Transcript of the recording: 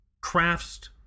crafts